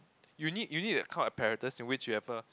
you need you need that kind of apparatus in which you have a